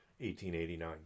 1889